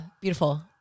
beautiful